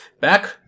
Back